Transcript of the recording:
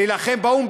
להילחם באו"ם,